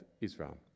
Israel